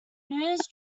news